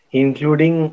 including